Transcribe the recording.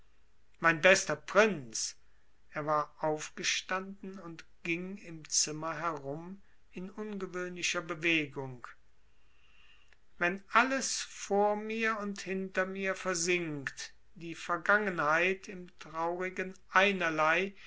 mein bester prinz er war aufgestanden und ging im zimmer herum in ungewöhnlicher bewegung wenn alles vor mir und hinter mir versinkt die vergangenheit im traurigen einerlei